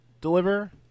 deliver